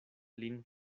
lin